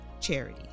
charity